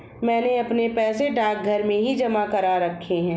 मैंने अपने पैसे डाकघर में ही जमा करा रखे हैं